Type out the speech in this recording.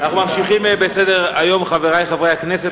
אנחנו ממשיכים בסדר-היום, חברי חברי הכנסת.